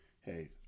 Hey